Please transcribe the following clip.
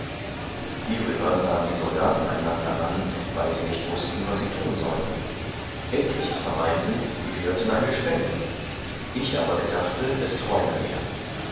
hierüber sahen die soldaten einander an weil sie nicht wußten was sie tun sollten etliche vermeinten sie hörten ein gespenst ich aber gedachte es träume mir